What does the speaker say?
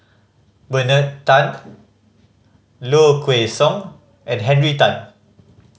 Bernard Tan Low Kway Song and Henry Tan